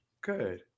Good